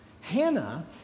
Hannah